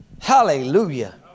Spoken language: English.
Hallelujah